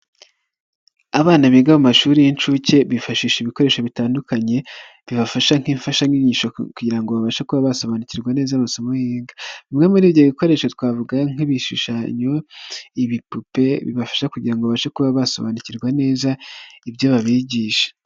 Abana biga mu mashuri y'incuke bifashisha ibikoresho bitandukanye, bibafasha nk'imfashanyigisho kugira babashe kuba basobanukirwa neza amasomo yiga. Bimwe muri ibyo bikoresho twavuga nk'ibishushanyo, ibipupe bibafasha kugira babashe kuba basobanukirwa neza ibyo babigisha.